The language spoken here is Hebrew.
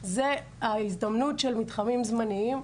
זה ההזדמנות של מתחמים זמניים.